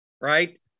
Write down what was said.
Right